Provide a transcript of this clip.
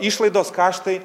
išlaidos kaštai